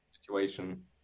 situation